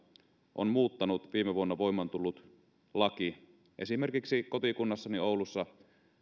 on muuttanut viime vuonna voimaan tullut laki esimerkiksi kotikunnassani oulussa